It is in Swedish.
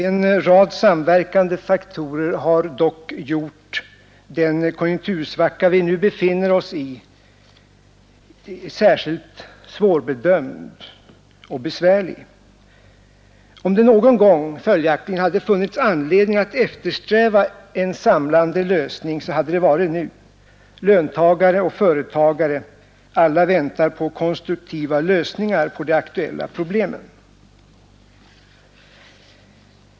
En rad samverkande faktorer har dock gjort den konjunktursvacka vi nu befinner oss i särskilt svårbedömd och besvärlig. Om det någon gång hade funnits anledning att eftersträva en samlande lösning, så hade det följaktligen varit nu. Löntagare och företagare, alla väntar på konstruktiva lösningar på de aktuella problemen.